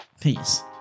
Peace